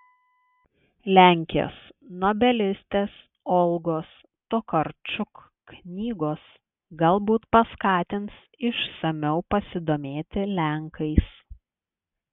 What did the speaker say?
lenkės nobelistės olgos tokarčuk knygos galbūt paskatins išsamiau pasidomėti lenkais